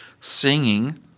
singing